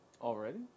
already